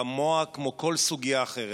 כמוה כמו כל סוגיה אחרת.